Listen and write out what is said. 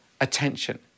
attention